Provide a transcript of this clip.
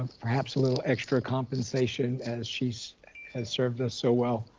um perhaps little extra compensation as she's has served us so well,